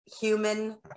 human